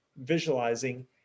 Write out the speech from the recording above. visualizing